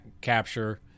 capture